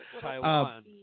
Taiwan